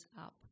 up